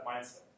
mindset